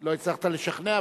לא הצלחת לשכנע,